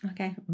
Okay